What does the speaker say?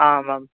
आमां